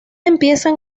empiezan